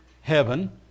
heaven